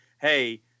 Hey